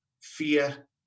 fear